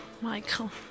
Michael